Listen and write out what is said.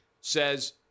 says